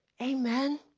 Amen